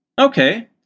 Okay